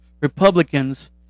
Republicans